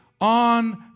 on